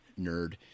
nerd